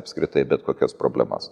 apskritai bet kokias problemas